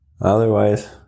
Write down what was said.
Otherwise